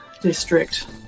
district